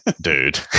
dude